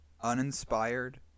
uninspired